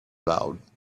loud